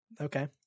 Okay